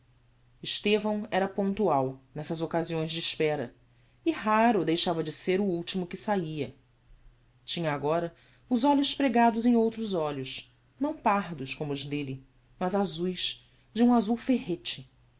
estevão era pontual nessas occasiões de espera e raro deixava de ser o ultimo que saía tinha agora os olhos pregados em outros olhos não pardos como os delle mas azues de um